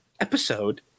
episode